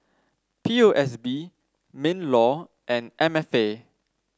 P O S B Minlaw and M F A